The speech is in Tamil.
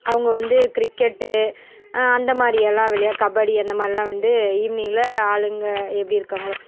அவங்க வந்து கிரிக்கெட் அந்த மாதிரியெல்லாம் விளை கபடி அந்த மாரிலாம் வந்து ஈவ்னிங்கில் ஆளுங்க எப்படி இருக்காங்களோ